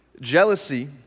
Jealousy